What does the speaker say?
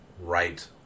right